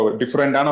different